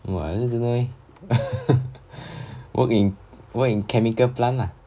!whoa! I also don't know eh work in work in chemical plant lah